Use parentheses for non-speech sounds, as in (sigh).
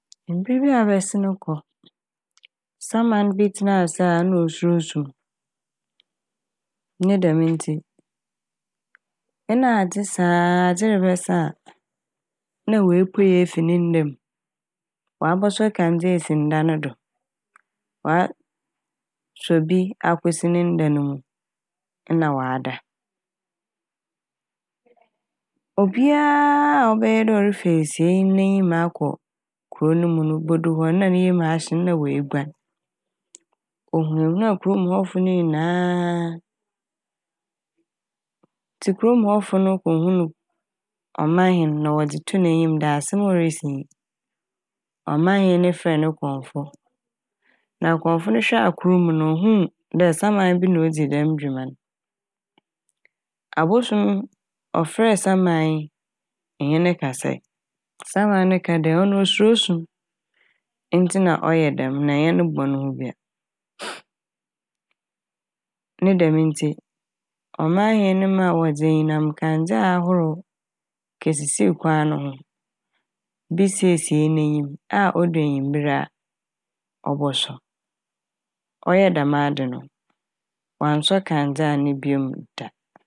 Mber bi a abɛsen kɔ saman bi tsenaa ase na osuro sum ne dɛm ntsi nna adze saa adze rebɛ sa a (noise) na oepuei efi ne nda m' ɔabɔsɔ kandzea esi nda no do ɔa- ɔasɔ bi akosi ne nda ne m' na ɔada. Obia a ɔbɛyɛ dɛ ɔrefa esieyi n'enyim akɔ kurow ne mu n' obodu hɔn na ne yamu ahye n' na oeguan. Ohurahura kurom' hɔ fo ne nyinaa ntsi kurom' hɔ fo n' kohu no ɔ - ɔmaahen na wɔdze too n'enyim dɛ asɛm a orisi nyi. Ɔmaahen no frɛɛ no kɔmfo na kɔmfo no hwɛɛ akor mu no ohuu dɛ saman bi na odzi dɛm dwuma n'. Abosoom ɔfrɛɛ saman yi enye ne kasae saman ne kaa dɛ ɔno osuro sum ntsi na ɔyɛ dɛm na ɔnnyɛ ne bɔn ho bi a. (hesitation) Ne dɛm ntsi ɔmaahen no maa wɔdze enyinamkandzea ahorow kesisii kwan no ho bi sii esieyi n'enyim a odur ewimber a ɔbɔsɔ. Wɔyɛɛ dɛm ade no ɔannsɔ kandzea ne bio da.